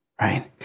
right